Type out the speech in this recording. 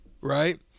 right